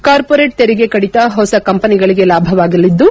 corporate ತೆರಿಗೆ ಕಡಿತ ಹೊಸ ಕಂಪನಿಗಳಿಗೆ ಲಾಭವಾಗಲಿದ್ದು